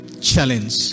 Challenge